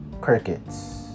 crickets